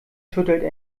schüttelte